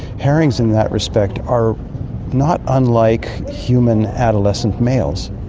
herrings in that respect are not unlike human adolescent males.